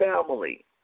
family